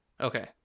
Okay